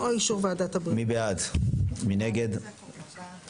מי בעד סעיף 3?